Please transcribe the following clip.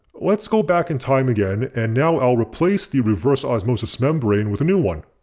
let's go back in time again and now i'll replace the reverse osmosis membrane with a new one.